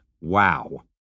Wow